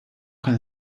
under